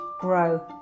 grow